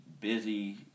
busy